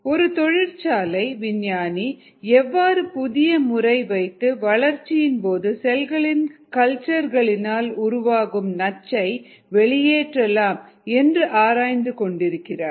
ஒரு தொழிற்சாலை விஞ்ஞானி எவ்வாறு புதிய முறை வைத்து வளர்ச்சியின் போது செல்களின் கல்ச்சர்களினால் உருவாகும் நச்சை வெளியேற்றலாம் என்று ஆராய்ந்து கொண்டிருக்கிறார்